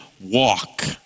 walk